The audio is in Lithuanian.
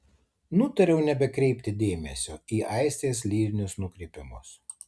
nutariau nebekreipti dėmesio į aistės lyrinius nukrypimus